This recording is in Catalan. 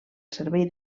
servei